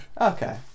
okay